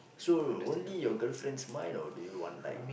so only your girlfriend's mind or do you want like